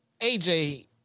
AJ